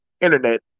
internet